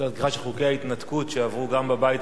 אל תשכח את חוקי ההתנתקות,